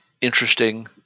interesting